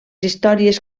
històries